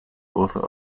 author